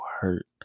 hurt